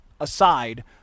aside